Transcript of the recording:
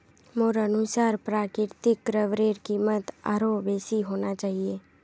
मोर अनुसार प्राकृतिक रबरेर कीमत आरोह बेसी होना चाहिए